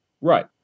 Right